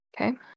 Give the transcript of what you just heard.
Okay